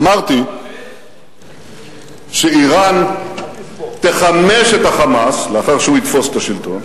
אמרתי שאירן תחמש את ה"חמאס" לאחר שהוא יתפוס את השלטון,